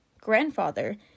grandfather